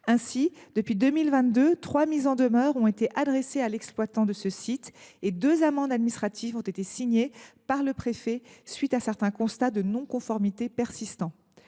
Ainsi, depuis 2022, trois mises en demeure ont été adressées à l’exploitant de ce site et deux amendes administratives ont été prononcées par le préfet à la suite de constats de non conformité persistants.